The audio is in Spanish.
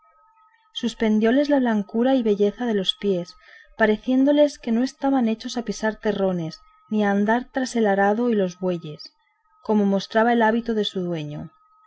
nacido suspendióles la blancura y belleza de los pies pareciéndoles que no estaban hechos a pisar terrones ni a andar tras el arado y los bueyes como mostraba el hábito de su dueño